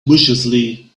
viciously